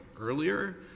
earlier